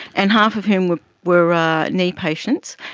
and half of whom were were ah knee patients,